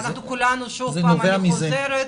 אני חוזרת